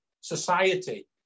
society